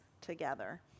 together